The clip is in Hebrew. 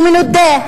הוא מנודה.